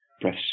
press